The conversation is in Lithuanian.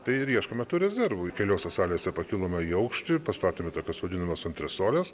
tai ir ieškome tų rezervų keliose salėse pakilome į aukštį pastatėme tokias vadinamas antresoles